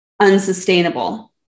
unsustainable